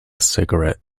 cigarette